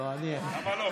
למה לא?